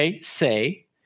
say